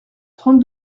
trente